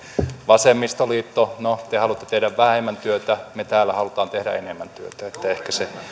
vasemmistoliitto no te haluatte tehdä vähemmän työtä me täällä haluamme tehdä enemmän työtä niin että